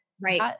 Right